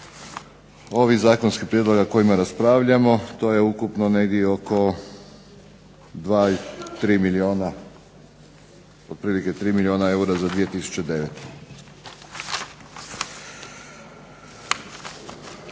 ovih zakonskih prijedloga o kojima raspravljamo to je ukupno negdje oko 2, 3 milijuna eura za 2009.